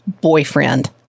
boyfriend